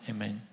Amen